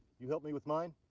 you help me with mine,